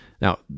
Now